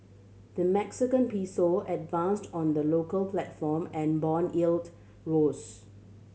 the Mexican Peso advanced on the local platform and bond yield rose